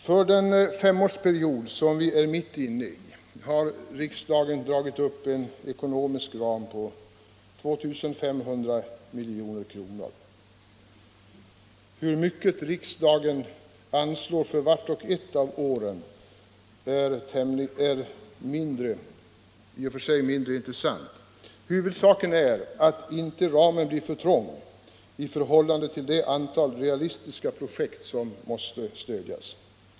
För den femårsperiod som vi är mitt inne i har riksdagen dragit upp en ekonomisk ram på 2 500 milj.kr. Hur mycket riksdagen anslår för vart och ett av åren är i och för sig mindre intressant. Huvudsaken är att inte ramen blir för trång i förhållande till det antal realistiska projekt som behöver stödjas.